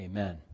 Amen